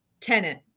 tenant